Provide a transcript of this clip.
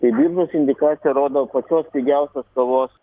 tai biržos indikacija rodo pačios pigiausios kavos